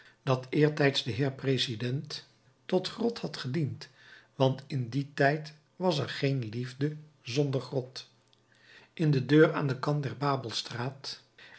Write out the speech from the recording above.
dat eertijds den heer president tot grot had gediend want in dien tijd was er geen liefde zonder grot in de deur aan den kant der